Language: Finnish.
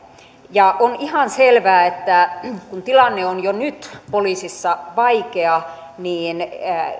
ja on ihan selvää että kun tilanne on jo nyt poliisissa vaikea niin